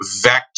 Vector